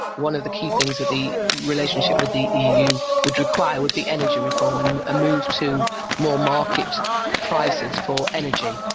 one of the key things that the relationship with the eu would require would be energy reform and a move to more market prices for energy,